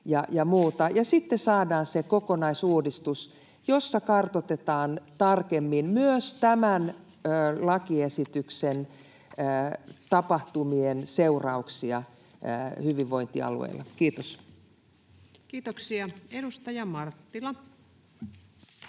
Sitten saadaan se kokonaisuudistus, jossa kartoitetaan tarkemmin myös tämän lakiesityksen tapahtumien seurauksia hyvinvointialueilla. — Kiitos. [Speech 242]